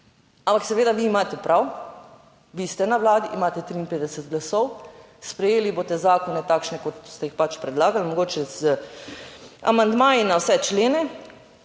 Ampak seveda, vi imate prav, vi ste na Vladi, imate 53 glasov, sprejeli boste zakone takšne kot ste jih pač predlagali mogoče z amandmaji na vse člene.